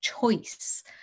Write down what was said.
choice